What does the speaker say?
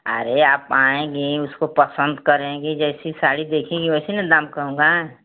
अरे आप आएंगी उसको पसंद करेंगे जैसे साड़ी देखेंगी वैसे न दाम कहूँगा